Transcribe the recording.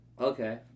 Okay